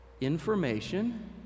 Information